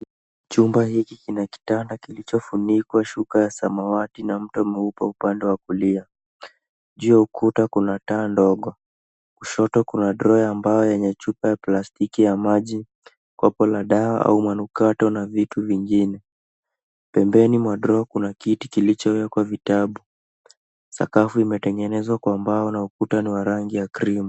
Chumba hiki kinakitanda kilicho funikuwa shuka ya samawati na mto mmweupe upande wa kulia. Juu ya ukuta kuna taa ndogo. Kushoto kuna droa ambayo yenye chupa ya plastiki ya maji kop la dawa au manukato na vitu vingine. Pembeni mwa droa kuna kiti kilichowekwa vitabu. Sakafu imetengenezwa kwa mbao na ukuta ni wa rangi ya krimu.